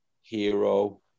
hero